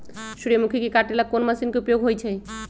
सूर्यमुखी के काटे ला कोंन मशीन के उपयोग होई छइ?